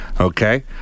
Okay